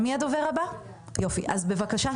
בבקשה,